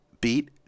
beat